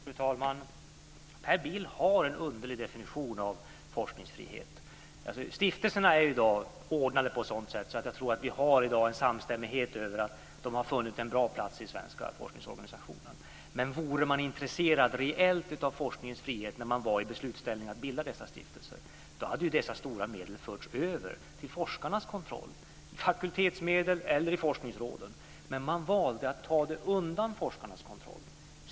Fru talman! Per Bill har en underlig definition av forskningsfrihet. Stiftelserna är i dag ordnade på sådant sätt att jag tror att vi har en samstämmighet om att de har funnit en bra plats i den svenska forskningsorganisationen. Om man reellt hade varit intresserad av forskningens frihet när man var i beslutsställning och kunde bilda dessa stiftelser så hade ju de här stora medlen förts över till forskarnas kontroll - till fakultetsmedel eller i forskningsråden. Men man valde i stället att ta dem undan forskarnas kontroll.